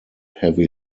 heavy